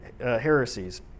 heresies